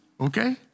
Okay